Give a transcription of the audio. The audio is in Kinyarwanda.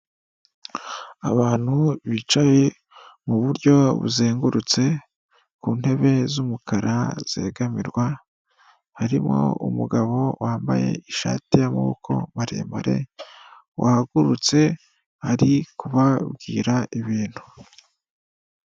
Abantu bicaye mu buryo buzengurutse ku ntebe z'umukara zegamirwa, harimo umugabo wambaye ishati y'amaboko maremare, wahagurutse ari kubabwira ibintu.